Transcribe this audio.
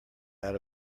out